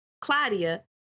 Claudia